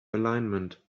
alignment